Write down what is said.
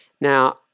Now